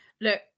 Look